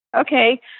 Okay